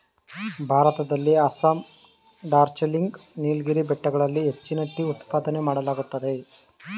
ಭಾರತದಲ್ಲಿ ಅಸ್ಸಾಂ, ಡಾರ್ಜಿಲಿಂಗ್, ನೀಲಗಿರಿ ಬೆಟ್ಟಗಳಲ್ಲಿ ಹೆಚ್ಚಿನ ಟೀ ಉತ್ಪಾದನೆ ಮಾಡಲಾಗುತ್ತದೆ